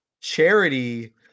Charity